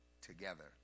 together